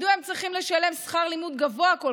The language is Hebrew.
מדוע הם צריכים לשלם שכר לימוד גבוה כל